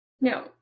no